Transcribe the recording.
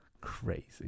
Crazy